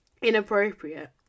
inappropriate